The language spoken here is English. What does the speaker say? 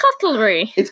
cutlery